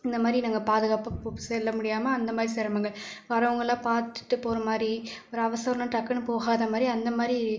இந்த மாரி நாங்கள் பாதுகாப்பாக போக செல்ல முடியாமல் அந்த மாரி சிரமங்கள் வர்றவங்கள்லாம் பார்த்துட்டு போகறமாரி ஒரு அவசரம்னா டக்குன்னு போகாத மாரி அந்த மாரி